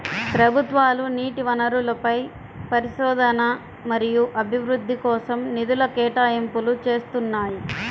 ప్రభుత్వాలు నీటి వనరులపై పరిశోధన మరియు అభివృద్ధి కోసం నిధుల కేటాయింపులు చేస్తున్నాయి